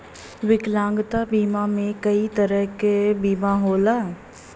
विकलांगता बीमा में कई तरे क बीमा होला